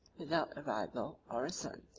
without a rival or a son,